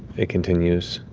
it continues,